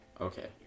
okay